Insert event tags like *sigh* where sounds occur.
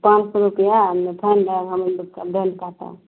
पाँच सओ रुपैआ फाइन *unintelligible*